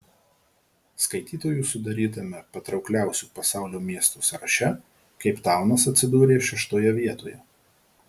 skaitytojų sudarytame patraukliausių pasaulio miestų sąraše keiptaunas atsidūrė šeštoje vietoje